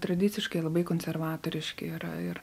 tradiciškai labai konservatoriški yra ir